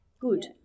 Good